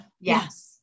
Yes